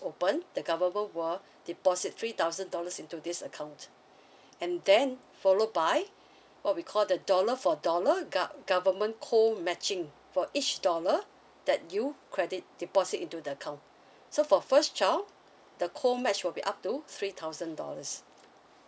open the government will deposit three thousand dollars into this account and then follow by what we call the dollar for dollar gov~ government co matching for each dollar that you credit deposit into the account so for first child the co match will be up to three thousand dollars